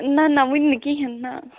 نہَ نہَ ؤنہِ نہٕ کِہیٖنٛۍ نہَ